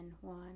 One